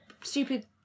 stupid